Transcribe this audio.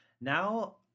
Now